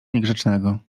niegrzecznego